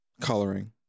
coloring